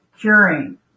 curing